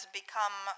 become